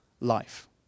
life